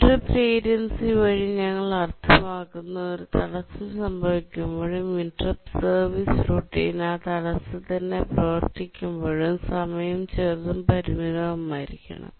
interrupt latency വഴി ഞങ്ങൾ അർത്ഥമാക്കുന്നത് ഒരു തടസ്സം സംഭവിക്കുമ്പോഴും ഇന്ററപ്റ്റ് സർവീസ് റുട്ടീൻ ആ തടസ്സത്തിനായി പ്രവർത്തിക്കുമ്പോഴും സമയം ചെറുതും പരിമിതവുമായിരിക്കണം